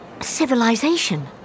Civilization